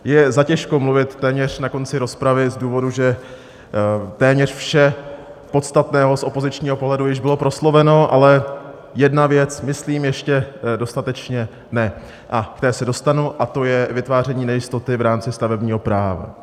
Je zatěžko mluvit téměř na konci rozpravy z důvodu, že téměř vše podstatné z opozičního pohledu již bylo prosloveno, ale jedna věc myslím ještě dostatečně ne a k té se dostanu, a to je vytváření nejistoty v rámci stavebního práva.